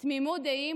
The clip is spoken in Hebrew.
תמימות דעים